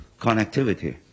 connectivity